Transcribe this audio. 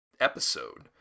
episode